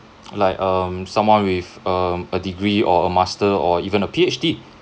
like um someone with um a degree or a master or even a Ph_D